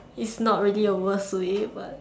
is not really a worst way but